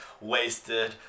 wasted